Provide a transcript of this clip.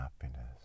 happiness